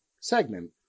segment